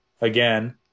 again